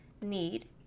need